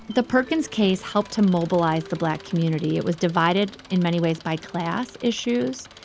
the perkins case helped to mobilize the black community. it was divided in many ways by class issues,